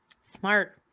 Smart